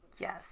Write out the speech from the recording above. Yes